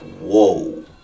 Whoa